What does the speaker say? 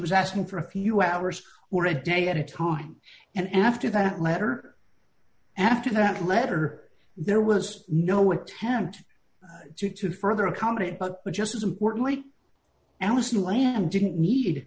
was asking for a few hours or a day at a time and after that letter after that letter there was no attempt to to further account it but just as importantly alison lamb didn't need